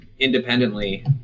Independently